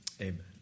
Amen